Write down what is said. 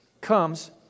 comes